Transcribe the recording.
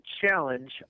challenge